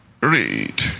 read